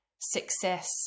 success